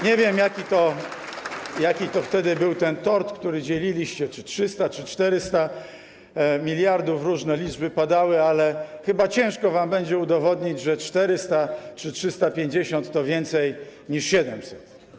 Nie wiem, jaki wtedy był ten tort, który dzieliliście, czy 300 mld, czy 400 mld, różne liczby padały, ale chyba ciężko wam będzie udowodnić, że 400 czy 350 to więcej niż 700.